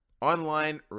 Online